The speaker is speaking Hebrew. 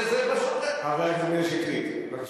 הזאת, אז זה פשוט, חבר הכנסת מאיר שטרית, בבקשה.